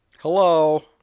Hello